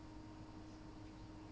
uh